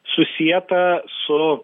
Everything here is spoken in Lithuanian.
susieta su